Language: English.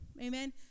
Amen